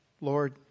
Lord